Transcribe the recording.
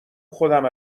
خودم